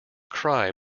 cry